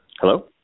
Hello